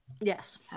Yes